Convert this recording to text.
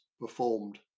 performed